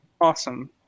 Awesome